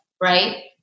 right